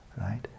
right